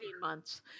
months